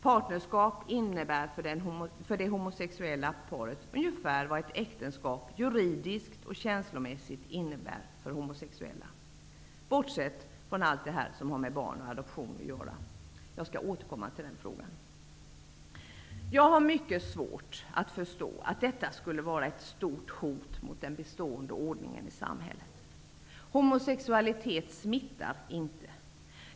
Partnerskap innebär för det homosexuella paret ungefär vad ett äktenskap juridiskt och känslomässigt innebär för heterosexuella, bortsett från allt som har med barn och adoption att göra. Jag skall återkomma till den frågan. Jag har mycket svårt att förstå att detta skulle vara ett stort hot mot den bestående ordningen i samhället. Homosexualitet smittar inte.